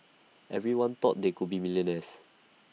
everyone thought they would be millionaires